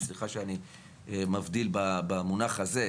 סליחה שאני מבדיל במונח הזה,